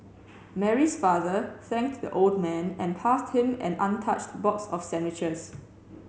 Mary's father thanked the old man and passed him an untouched box of sandwiches